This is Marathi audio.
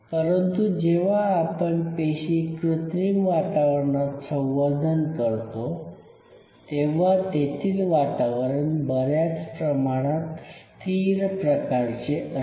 परंतु जेव्हा आपण पेशी कृत्रिम वातावरणात संवर्धन करतो तेव्हा तेथील वातावरण बऱ्याच प्रमाणात स्थिर प्रकारचे असते